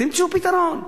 תמצאו פתרון.